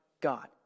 God